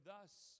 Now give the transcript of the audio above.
thus